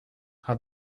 had